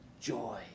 joy